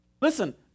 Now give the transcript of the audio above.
Listen